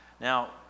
Now